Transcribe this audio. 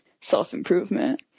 self-improvement